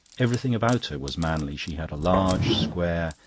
everything about her was manly. she had a large, square,